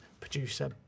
producer